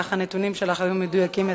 ככה הנתונים שלך היו מדויקים יותר.